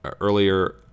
earlier